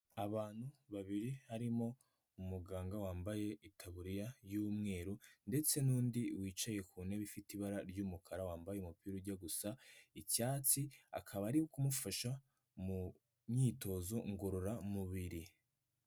Abantu babiri harimo umuganga wambaye itaburiya y'umweru ndetse n'undi wicaye ku ntebe ifite ibara ry'umukara, wambaye umupira ujya gusa icyatsi, akaba ari kumufasha mu myitozo ngororamubiri.